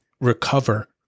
recover